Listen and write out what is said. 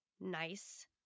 nice